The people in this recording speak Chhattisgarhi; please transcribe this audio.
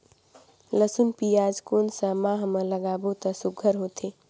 लसुन पियाज कोन सा माह म लागाबो त सुघ्घर होथे?